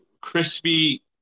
crispy